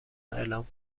اعلام